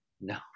No